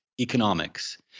economics